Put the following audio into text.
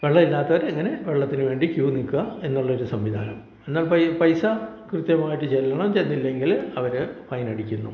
വെള്ളം ഇല്ലാത്തവർ ഇങ്ങനെ വെള്ളത്തിന് വേണ്ടി ക്യൂ നിൽക്കുക എന്നുള്ളൊരു സംവിധാനം എന്നാൽ പൈ പൈസ കൃത്യമായിട്ട് ചെല്ലണം ചെന്നില്ലെങ്കിൽ അവർ ഫൈൻ അടിക്കുന്നു